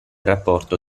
rapporto